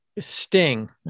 Sting